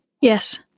Yes